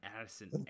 addison